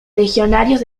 legionarios